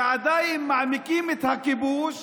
ועדיין מעמיקים את הכיבוש,